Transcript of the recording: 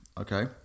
Okay